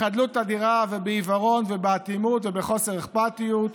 בחדלות אדירה ובעיוורון ובאטימות ובחוסר אכפתיות,